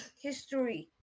history